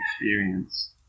experience